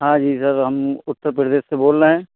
हाँ जी सर हम उत्तर प्रदेश से बोल रहे हैं